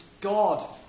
God